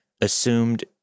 assumed